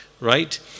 right